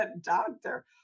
doctor